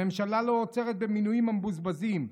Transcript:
הממשלה לא עוצרת במינויים המבוזבזים,